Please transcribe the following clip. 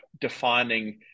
defining